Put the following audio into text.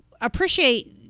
appreciate